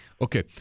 Okay